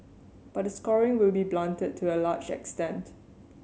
but the scoring will be blunted to a large extent